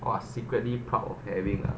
!wah! secretly proud of having ah